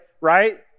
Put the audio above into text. right